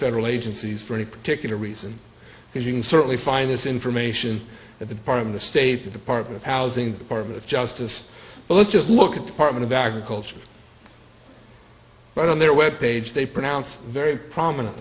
federal agencies for any particular reason because you can certainly find this information at the bottom of the state the department of housing department of justice let's just look at department of agriculture but on their web page they pronounce very prominent